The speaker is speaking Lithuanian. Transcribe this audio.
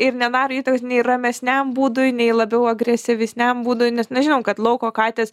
ir nedaro įtakos nei ramesniam būdui nei labiau agresyvesniam būdui nes na žinom kad lauko katės